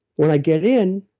when i get in,